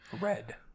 Red